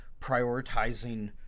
prioritizing